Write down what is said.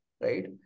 right